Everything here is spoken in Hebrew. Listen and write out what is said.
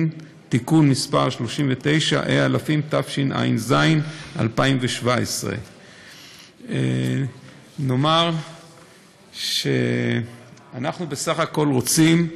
(תיקון מס' 39),התשע"ז 2017. נֹאמר שאנחנו בסך הכול רוצים,